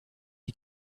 die